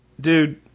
dude